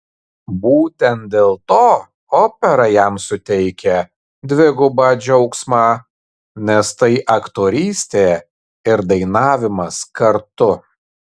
būtent dėl to opera jam suteikia dvigubą džiaugsmą nes tai aktorystė ir dainavimas kartu